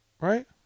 Right